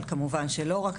אבל כמובן שלא רק.